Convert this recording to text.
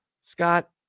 Scott